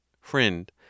Friend